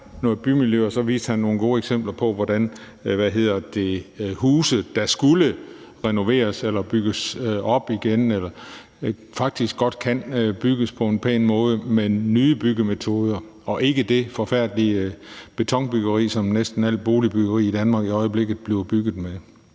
noget bymiljø. Og så viste han nogle gode eksempler på, hvordan huse, der skulle renoveres eller bygges op igen, faktisk godt kan bygges på en pæn måde med nye byggemetoder og ikke som det forfærdelige betonbyggeri, som næsten al boligbyggeri i Danmark i øjeblikket bliver bygget som.